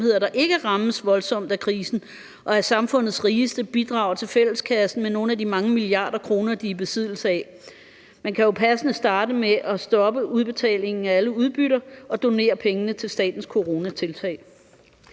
der ikke rammes voldsomt af krisen, og samfundets rigeste bidrager til fælleskassen med nogle af de mange milliarder kroner, de er i besiddelse af. Man kan jo passende starte med at stoppe udbetalingen af alle udbytter og donere pengene til statens coronatiltag.